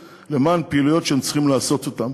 אני לא יודע מה מדיניות משרד הביטחון,